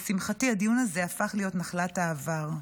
לשמחתי, הדיון הזה הפך להיות נחלת העבר.